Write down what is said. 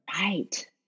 Right